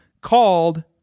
called